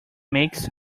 makes